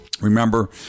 Remember